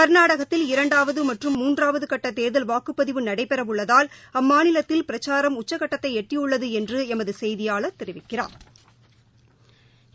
க்நாடகத்தில் இரண்டாவதுமற்றும் மூன்றாவதுகட்டதே்தல் வாக்குப்பதிவு நடைபெறவுள்ளதால் அம்மாநிலத்தில் பிரச்சாரம் உச்சக்கட்டத்தைஎட்டியுள்ளதுஎன்றுஎமதுசெய்தியாளா் தெரிவிக்கிறாா்